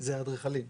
זה האדריכלים.